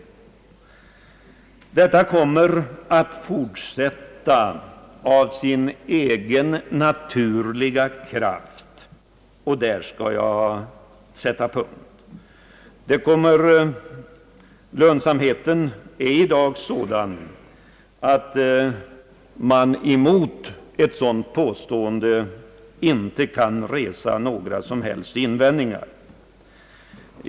Denna kommer att fortsätta av sin egen naturliga kraft — och där skall jag sätta punkt. Lönsamheten är i dag sådan att vi mot ett sådant påstående inte kan resa några som helst invändningar.